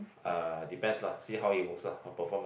uh depends lah see how it works lah her perform ah